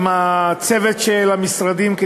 עם הצוות של המשרדים,